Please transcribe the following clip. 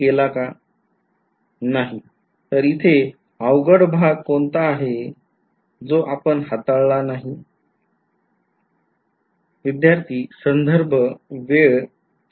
तर इथे अवघड भाग कोणता आहे जो आपण हाताळला नाही